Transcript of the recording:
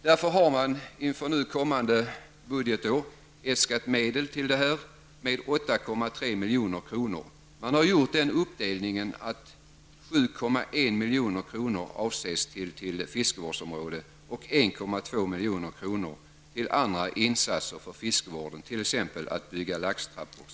Därför har man inför kommande budgetår äskat 8,3 milj.kr. 7,1 milj.kr. avses gå till fiskevårdsområdet, medan 1,2 milj.kr. avses gå till andra fiskevårdande insatser, t.ex. byggande av laxtrappor.